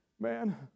man